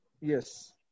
Yes